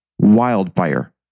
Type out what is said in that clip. wildfire